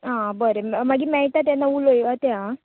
आं बरें मागीर मेळटा तेन्ना उलोय ते हां